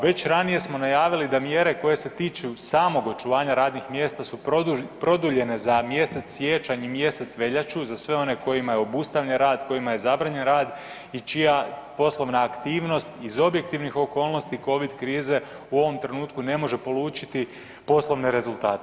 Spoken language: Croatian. Već ranije smo najavili da mjere koje se tiče samog očuvanja radnih mjesta su produljene za mjesec siječanj i mjesec veljaču, za sve one kojima je obustavljen rad, kojima je zabranjen rad i čija poslovna aktivnost iz objektivnih okolnosti COVID krize u ovom trenutku ne može polučiti poslovne rezultate.